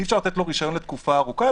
אי-אפשר לתת לו רישיון לתקופה ארוכה,